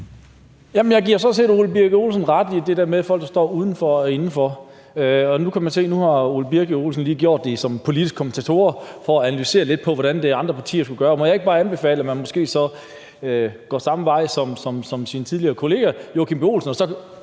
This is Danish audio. Jeg giver sådan set Ole Birk Olesen ret i det der med folk, der står udenfor og indenfor. Nu kan man se, at Ole Birk Olesen jo lige har gjort det som politisk kommentator med at analysere lidt på, hvordan andre partier skulle gøre det, og må jeg ikke bare anbefale, at han går samme vej som sin tidligere kollega Joachim B. Olsen og så